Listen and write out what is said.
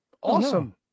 Awesome